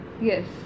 Yes